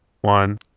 one